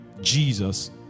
Jesus